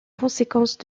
conséquences